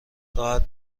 راحت